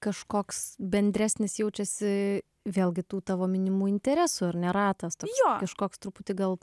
kažkoks bendresnis jaučiasi vėlgi tų tavo minimų interesų ar ne ratas tu jo kažkoks truputį gal